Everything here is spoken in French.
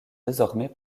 désormais